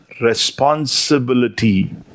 responsibility